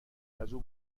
ازاو